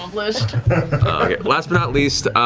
last last but not least,